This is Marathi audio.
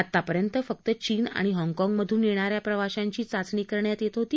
आतापर्यंत फक्त चीन आणि हॉन्गकॉन्ग मधून येणाऱ्या प्रवाशांची चाचणी करण्यात येत होती